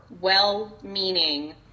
well-meaning